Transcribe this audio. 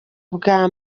bwa